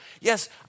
Yes